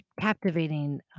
captivating